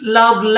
love